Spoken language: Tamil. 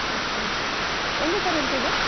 ஓகே எங்கே சார் இருக்குது இது